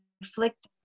inflict